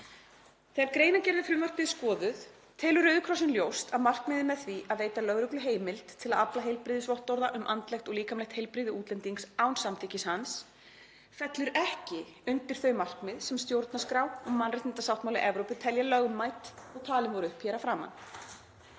„Þegar greinargerð við frumvarpið er skoðuð telur Rauði krossinn ljóst að markmiðið með því að veita lögreglu heimild til að afla heilbrigðisvottorða um andlegt og líkamlegt heilbrigði útlendings án samþykkis hans fellur ekki undir þau markmið sem stjórnarskrá og mannréttindasáttmáli Evrópu telja lögmæt og talin voru upp hér að framan.